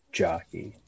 jockey